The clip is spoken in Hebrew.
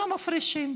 לא מפרישים,